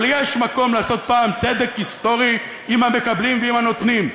אבל יש מקום לעשות פעם צדק היסטורי עם המקבלים ועם הנותנים.